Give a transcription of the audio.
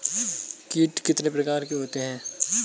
कीट कितने प्रकार के होते हैं?